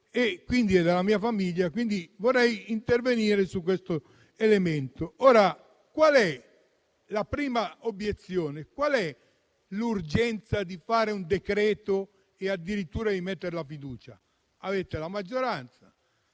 suoi e della sua famiglia, quindi vorrei intervenire su questo elemento. Qual è la prima obiezione? Qual è l'urgenza di fare un decreto e addirittura di porre la fiducia? Avete la maggioranza.